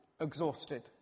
exhausted